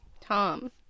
Tom